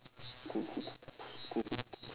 cool cool cool cool cool cool cool cool cool cool